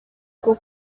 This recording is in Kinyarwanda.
bwo